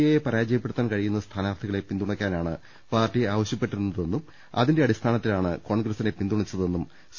എയെ പരാജയപ്പെടുത്താൻ കഴിയുന്ന സ്ഥാനാർത്ഥികളെ പിന്തുണയ്ക്കാനാണ് പാർട്ടി ആവശ്യപ്പെ ട്ടിരുന്നതെന്നും അതിന്റെ അടിസ്ഥാനത്തിലാണ് കോൺഗ്ര സ്സിനെ പിന്തുണച്ചതെന്നും സി